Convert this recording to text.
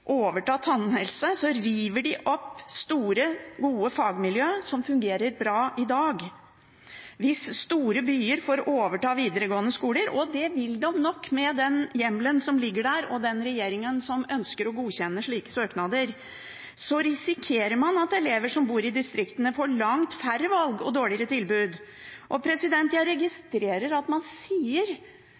overta tannhelse, river de opp store, gode fagmiljøer som fungerer bra i dag. Hvis store byer får overta videregående skoler – og det vil de nok med den hjemmelen som ligger der, og med denne regjeringen som ønsker å godkjenne slike søknader – risikerer man at elever som bor i distriktene, får langt færre valg og dårligere tilbud. Jeg registrerer at man sier